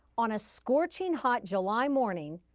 on a scorching hot july morning,